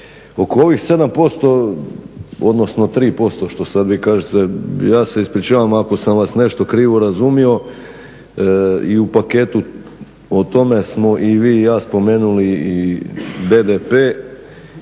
Oko ovih 7% odnosno 3% što sad vi kažete. Ja se ispričavam ako sam vas nešto krivo razumio i u paketu smo o tome smo i vi i ja spomenuli i BDP